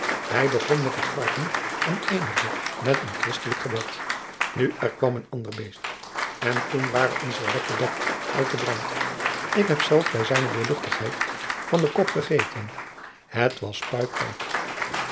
hij begon met het varken en eindigde met een christelijk gebed nu er kwam een ander beest en toen waren onze lekkerbekken uit den brand ik heb zelf bij zijne doorluchtigheid van den kop gegeten hij was puik puik